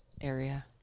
area